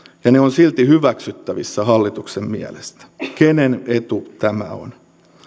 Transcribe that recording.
ja ne ovat silti hyväksyttävissä hallituksen mielestä kenen etu tämä on